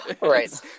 Right